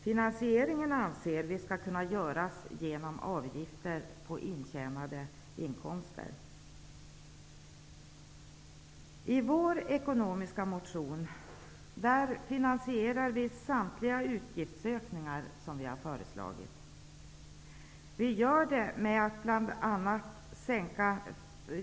Vi anser att finansieringen skall ske med hjälp av avgifter på intjänade inkomster. Samtliga utgiftsökningar som föreslås i vår ekonomiska motion är finansierade.